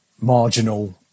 marginal